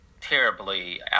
terribly